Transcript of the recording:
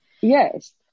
Yes